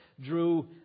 drew